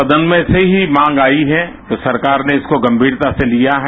सदन में से ही मांग आई है कि सरकार ने इसको गंभीरता से लिया है